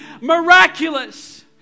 miraculous